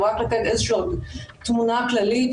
אבל רק לתת איזושהי תמונה כללית,